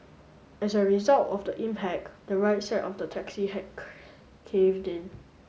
as a result of the impact the right side of the taxi had caved in